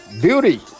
Beauty